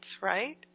right